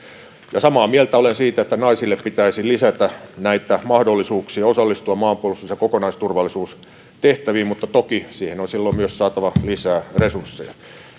ja samaa mieltä olen siitä että naisille pitäisi lisätä näitä mahdollisuuksia osallistua maanpuolustus ja kokonaisturvallisuustehtäviin mutta toki siihen on silloin myös saatava lisää resursseja